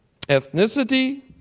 ethnicity